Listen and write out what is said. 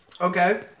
Okay